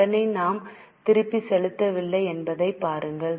கடனை நாம்திருப்பிச் செலுத்தவில்லை என்பதைப் பாருங்கள்